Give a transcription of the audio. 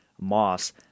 moss